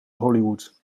hollywood